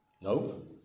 Nope